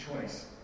choice